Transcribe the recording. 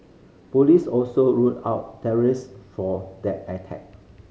police also ruled out for that attack